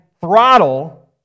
throttle